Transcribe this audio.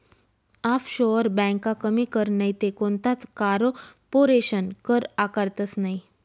offshore ब्यांका कमी कर नैते कोणताच कारपोरेशन कर आकारतंस नयी